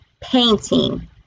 Painting